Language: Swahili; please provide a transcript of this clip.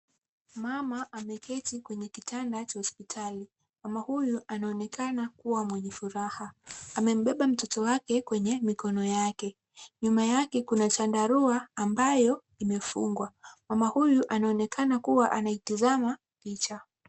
Mama ameketi kwenye kitanda cha hospitali. Mama huyu anaonekana kuwa mwenye furaha, amembeba mtoto wake kwenye mikono yake. Nyuma yake kuna chandarua ambayo imefungwa. Mama huyu anaonekana kuwa anaitazama picha.